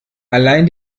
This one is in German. allein